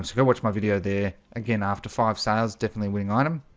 so watch my video there again after five stars definitely winning item